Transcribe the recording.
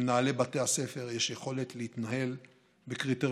למנהלי בתי הספר יש יכולת להתנהל בקריטריונים